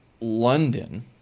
London